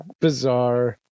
bizarre